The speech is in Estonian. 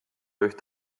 üht